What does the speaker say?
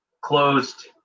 closed